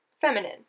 feminine